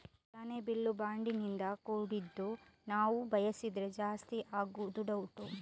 ಖಜಾನೆ ಬಿಲ್ಲು ಬಾಂಡಿನಿಂದ ಕೂಡಿದ್ದು ನಾವು ಬಯಸಿದ್ರೆ ಜಾಸ್ತಿ ಆಗುದು ಡೌಟ್